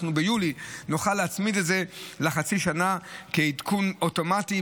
ביולי נוכל להצמיד את זה לחצי שנה כעדכון אוטומטי,